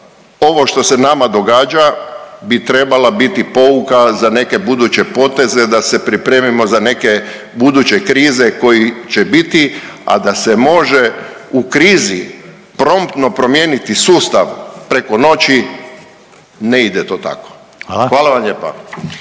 ovo što se nama događa bi trebala biti pouka za neke buduće poteze da se pripremimo za neke buduće krize kojih će biti, a da se može u krizi promptno promijeniti sustav preko noći ne ide to tako. …/Upadica: